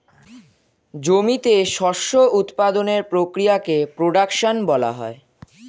জমিতে শস্য উৎপাদনের প্রক্রিয়াকে প্রোডাকশন বলা হয়